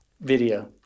video